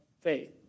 faith